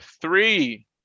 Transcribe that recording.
three